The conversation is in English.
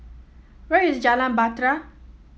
where is Jalan Bahtera